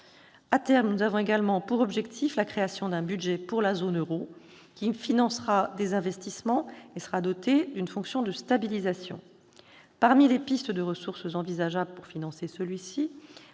À terme, nous avons également pour objectif la création d'un budget pour la zone euro, qui financera des investissements et sera doté d'une fonction de stabilisation. Parmi les pistes de ressources envisageables pour financer celui-ci,